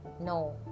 No